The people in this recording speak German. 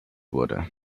wurde